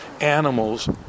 animals